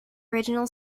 original